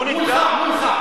מולך.